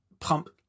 pump